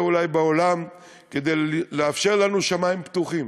אולי בעולם כדי לאפשר לנו שמים פתוחים,